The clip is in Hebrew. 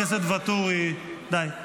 חבר הכנסת ואטורי, די.